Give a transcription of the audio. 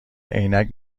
عینک